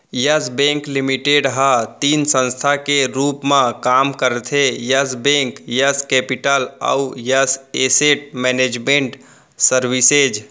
yes Bank Limited ह तीन संस्था के रूप म काम करथे यस बेंक, यस केपिटल अउ यस एसेट मैनेजमेंट सरविसेज